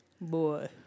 boy